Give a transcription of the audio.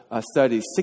studies